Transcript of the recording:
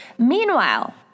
Meanwhile